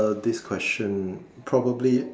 this question probably